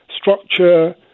structure